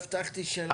הבטחתי שאלה אחרונה.